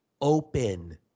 open